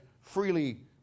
freely